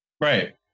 Right